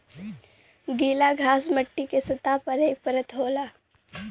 गीला घास मट्टी के सतह पर एक परत होला